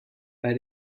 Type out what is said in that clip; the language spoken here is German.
bei